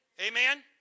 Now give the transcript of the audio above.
Amen